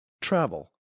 travel